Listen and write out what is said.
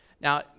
Now